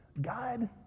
God